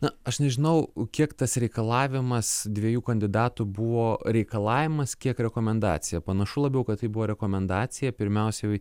na aš nežinau kiek tas reikalavimas dviejų kandidatų buvo reikalavimas kiek rekomendacija panašu labiau kad tai buvo rekomendacija pirmiausiai